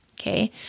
Okay